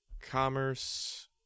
Commerce